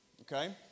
okay